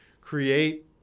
create